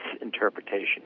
interpretation